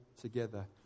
together